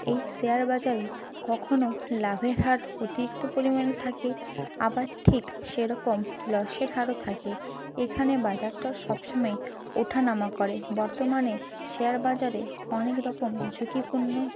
এই শেয়ার বাজারে কখনও লাভের হার অতিরিক্ত পরিমাণে থাকে আবার ঠিক সেরকম লসের হারও থাকে এইখানে বাজারদর সব সময়ই ওঠা নামা করে বর্তমানে শেয়ার বাজারে অনেক রকম ঝুঁকিপূর্ণ